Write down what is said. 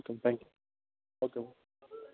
okay thank you okay